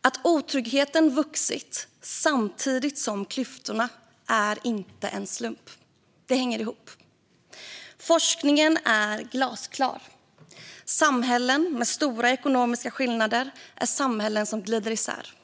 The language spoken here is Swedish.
Att otryggheten har vuxit samtidigt med klyftorna är inte en slump. Det hänger ihop. Forskningen är glasklar: Samhällen med stora ekonomiska skillnader är samhällen som glider isär.